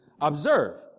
observe